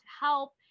help